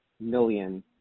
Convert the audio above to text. million